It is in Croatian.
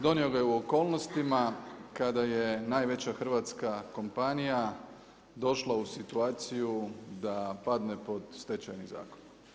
Donio ga je u okolnostima kada je najveća hrvatska kompanija došla u situaciju da padne pod Stečajni zakon.